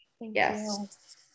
Yes